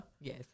yes